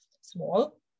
small